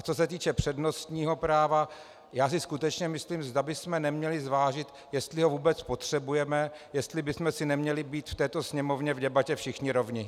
Co se týče přednostního práva, já si skutečně myslím, zda bychom neměli zvážit, jestli ho vůbec potřebujeme, jestli bychom si neměli být v této Sněmovně v debatě všichni rovni.